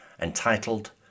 entitled